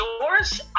doors